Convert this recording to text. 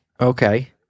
Okay